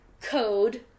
code